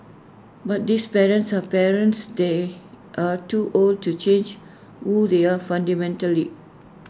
but this parents are parents they are too old to change who they are fundamentally